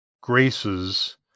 graces